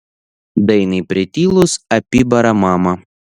dainai pritilus apibara mama